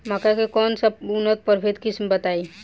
मक्का के कौन सा उन्नत किस्म बा बताई?